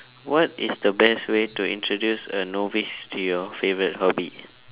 what is the best way to introduce a novice to your favourite hobby